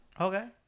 Okay